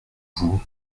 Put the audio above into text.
vous